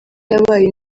yabaye